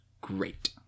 great